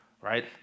right